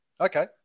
Okay